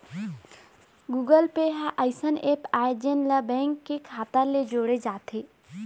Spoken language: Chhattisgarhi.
गुगल पे ह अइसन ऐप आय जेन ला बेंक के खाता ले जोड़े जाथे